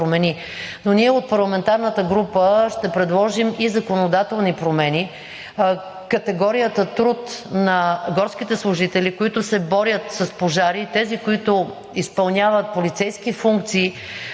Но ние, от парламентарната група, ще предложим и законодателни промени – категорията труд на горските служители, които се борят с пожари, и тези, които изпълняват полицейски функции,